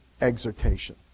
exhortation